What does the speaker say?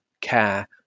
care